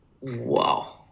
Wow